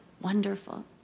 wonderful